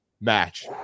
match